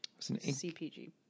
CPG